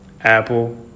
Apple